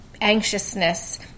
anxiousness